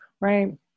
Right